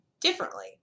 differently